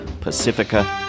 Pacifica